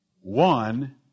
one